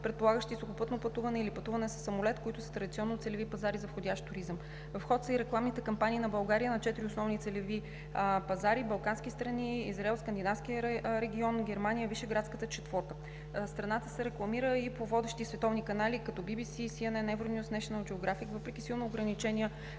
предполагащи сухопътно пътуване или пътуване със самолет, които са традиционно целеви пазари за входящ туризъм. В ход са и рекламните кампании на България на четири основни целеви пазари – балкански страни, Израел, скандинавския регион, Германия, Вишеградската четворка. Страната се рекламира и по водещи световни канали като Би Би Си, Си Ен Ен, Евронюз, Нешънъл Джиографик. Въпреки силно ограничения